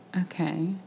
Okay